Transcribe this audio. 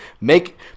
Make